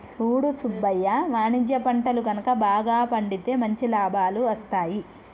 సూడు సుబ్బయ్య వాణిజ్య పంటలు గనుక బాగా పండితే మంచి లాభాలు అస్తాయి